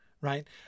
right